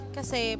Kasi